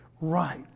right